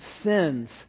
sins